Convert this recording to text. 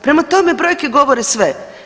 Prema tome brojke govore sve.